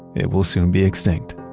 it will soon be extinct.